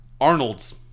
Arnold's